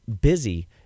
busy